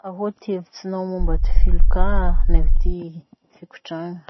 Ahoa ty hevitsinao momba ty filoka naho ty fikotrana?